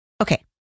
Okay